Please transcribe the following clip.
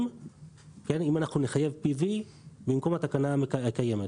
לגבי השאלה אם נחייב פוטו-וולטאי במקום התקנה הקיימת.